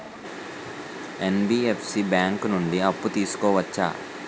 NBFC bank నుండి అప్పు తీసుకోవచ్చా?